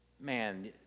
Man